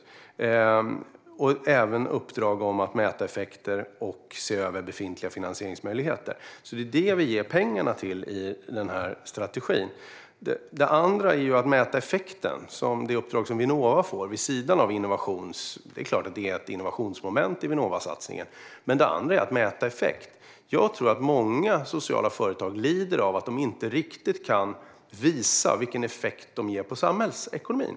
Det gäller även uppdrag att mäta effekter och se över befintliga finansieringsmöjligheter. Det är alltså det vi ger pengarna till i denna strategi. Det andra handlar om att mäta effekten, det vill säga det uppdrag Vinnova får. Det är klart att det finns ett innovationsmoment i Vinnovasatsningen, men det andra handlar om att mäta effekt. Jag tror att många sociala företag lider av att de inte riktigt kan visa vilken effekt de har på samhällsekonomin.